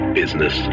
business